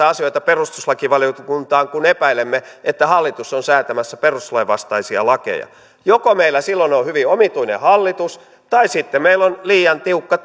asioita perustuslakivaliokuntaan kun epäilemme että hallitus on säätämässä perustuslain vastaisia lakeja joko meillä silloin on on hyvin omituinen hallitus tai sitten meillä on liian tiukka